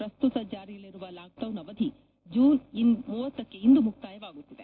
ಪ್ರಸ್ತುತ ಜಾರಿಯಲ್ಲಿರುವ ಲಾಕ್ಡೌನ್ ಅವಧಿ ಜೂನ್ ಇಂದು ಮುಕ್ತಾಯವಾಗುತ್ತಿದೆ